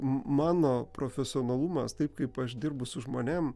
mano profesionalumas taip kaip aš dirbu su žmonėm